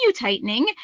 tightening